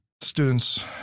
Students